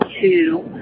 two